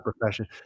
profession